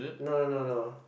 no no no no